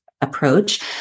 approach